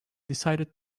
decided